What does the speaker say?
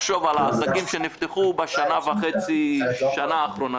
לחשוב על העסקים שנפתחו בשנה וחצי-שנה האחרונה,